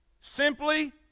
Simply